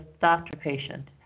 doctor-patient